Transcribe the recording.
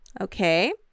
Okay